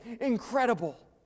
Incredible